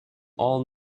all